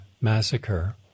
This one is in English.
Massacre